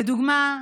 לדוגמה,